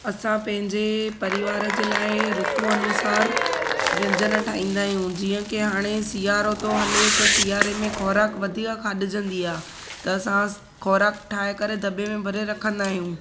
असां पंहिंजे परिवार जे लाइ ऋतु अनुसार व्यंजन ठाहींदा आहियूं जीअं की हाणे सीआरो थो हले त सीआरे में खुराक वधीक खाधिजंदी आहे त असां खुराक ठाहे करे दॿे में भरे रखंदा आहियूं